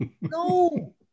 No